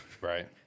Right